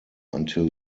until